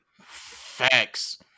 Facts